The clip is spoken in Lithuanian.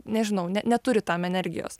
nežinau ne neturi tam energijos